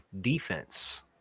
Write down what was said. defense